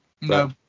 no